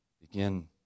begin